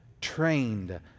trained